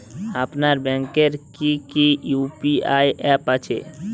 আপনার ব্যাংকের কি কি ইউ.পি.আই অ্যাপ আছে?